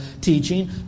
teaching